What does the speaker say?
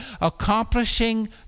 accomplishing